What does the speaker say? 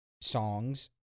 songs